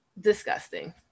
disgusting